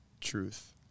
Truth